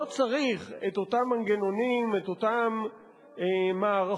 לא צריך את אותם מנגנונים, את אותן מערכות,